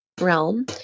realm